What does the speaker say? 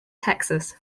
texas